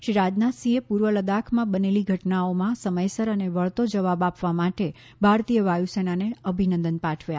શ્રી રાજનાથ સિંહે પૂર્વ લદ્દાખમાં બનેલી ઘટનાઓમાં સમયસર અને વળતો જવાબ આપવા માટે ભારતીય વાયુસેનાને અભિનંદન પાઠવ્યા